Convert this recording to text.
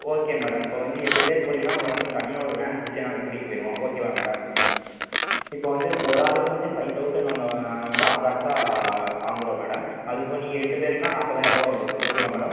okay madam இப்போ வந்து எட்டு பேர் போறீங்கனால் உங்களை வந்து தனியாக ஒரு வேன் பிடிச்சு நாங்கள் கூட்டிட்டு போயிடுவோம் ஓகேவா மேடம் இப்போ வந்து ஒரு ஆளுக்கு வந்து ஃபைவ் தெளசண்ட் நாங்கள் நாங்கள் வந்து அப்ராக்ஸா வாங்குறோம் மேடம் அதுபோக நீங்கள் எட்டு பேருக்குனால் நாப்பதாயருபா வரும் ஓகேவா மேடம்